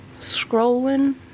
scrolling